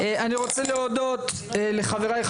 אני רוצה להודות לחבריי,